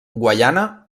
guaiana